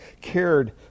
cared